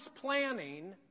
planning